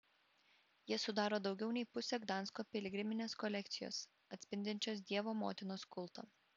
jie sudaro daugiau nei pusę gdansko piligriminės kolekcijos atspindinčios dievo motinos kultą